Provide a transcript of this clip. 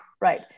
right